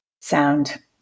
sound